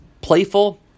playful